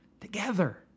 Together